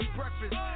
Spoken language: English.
breakfast